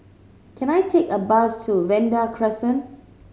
can I take a bus to Vanda Crescent